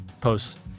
posts